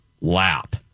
lap